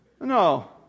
No